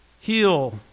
heal